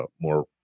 more